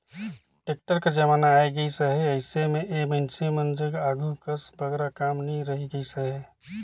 tractor कर जमाना आए गइस अहे, अइसे मे ए मइनसे मन जग आघु कस बगरा काम नी रहि गइस अहे